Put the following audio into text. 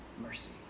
mercy